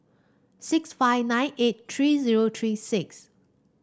six five nine eight three zero three six